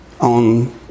on